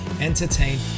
entertain